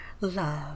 love